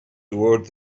toward